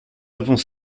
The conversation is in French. avons